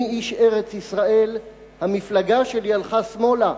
אני איש ארץ-ישראל, המפלגה שלי הלכה שמאלה,